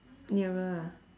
nearer ah